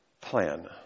plan